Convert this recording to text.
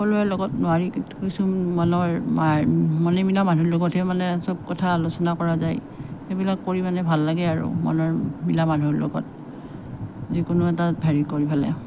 সকলোৰে লগত নোৱাৰি কিন্তু কিছুমানৰ মনে মিলা মানুহৰ লগতহে মানে চব কথা আলোচনা কৰা যায় সেইবিলাক কৰি মানে ভাল লাগে আৰু মনৰ মিলা মানুহৰ লগত যিকোনো এটা হেৰি কৰি পেলাই